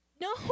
No